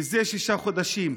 מזה שישה חודשים,